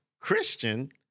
Christian –